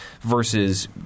Versus